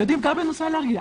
גם בנושא אלרגיה,